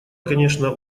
конечно